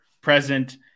present